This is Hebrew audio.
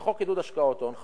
בחוק עידוד השקעות הון,